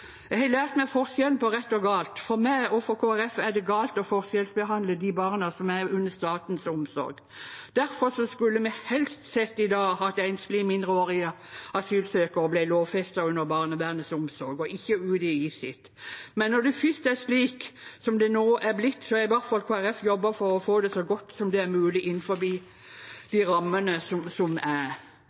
jeg være tro mot alt dette. Jeg har lært meg forskjellen på rett og galt. For meg og Kristelig Folkeparti er det galt å forskjellsbehandle de barna som er under statens omsorg. Derfor skulle vi i dag helst sett at enslige mindreårige asylsøkere ble lovfestet under barnevernets omsorg og ikke UDIs, men når det først er slik det nå er blitt, har i hvert fall Kristelig Folkeparti jobbet for å få det så godt som mulig innenfor de rammene som er.